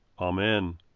Amen